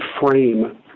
frame